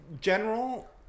general